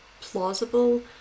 plausible